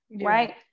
right